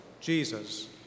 Jesus